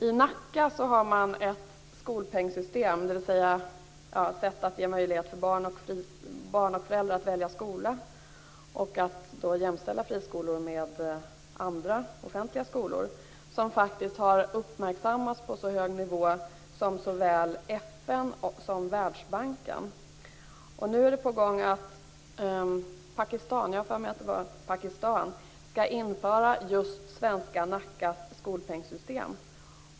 I Nacka har man ett skolpengsystem, dvs. ett sätt att ge möjlighet för barn och föräldrar att välja skola och att jämställa friskolor med andra, offentliga, skolor. Detta har faktiskt uppmärksammats på så hög nivå som såväl FN som Världsbanken. Nu är man i Pakistan, har jag för mig att det var, på väg att införa svenska Nackas skolpengssystem.